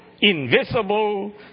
invisible